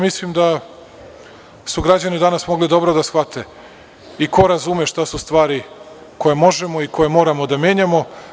Mislim da su građani danas mogli dobro da shvate i ko razume šta su stvari koje možemo i koje moramo da menjamo.